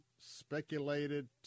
speculated